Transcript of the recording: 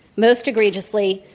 most egregiously,